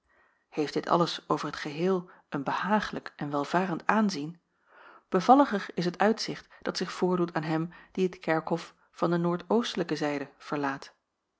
heeft dit alles over t geheel een behaaglijk en welvarend aanzien bevalliger is het uitzicht dat zich voordoet aan hem die het kerkhof van de noordoostelijke zijde verlaat